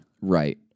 right